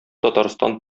татарстан